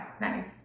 nice